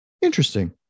Interesting